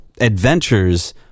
adventures